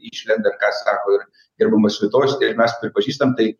išlenda ką sako ir ir nemaskatuosi ir mes pripažįstam tai